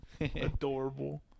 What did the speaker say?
Adorable